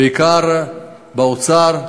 בעיקר באוצר,